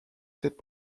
cette